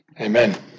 Amen